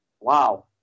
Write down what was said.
Wow